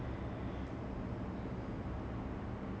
okay and good I also like vikram a lot